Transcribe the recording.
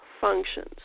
functions